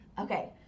Okay